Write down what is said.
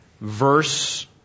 verse